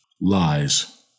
lies